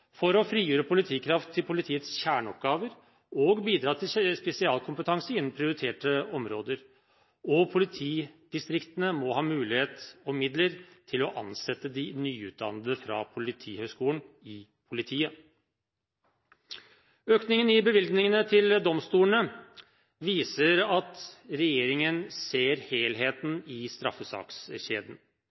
for å frigjøre politikraft til politiets kjerneoppgaver og bidra med spesialkompetanse innenfor prioriterte områder. Politidistriktene må ha mulighet og midler til å ansette de nyutdannede fra Politihøgskolen i politiet. Økningen i bevilgningene til domstolene viser at regjeringen ser helheten i straffesakskjeden.